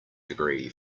degree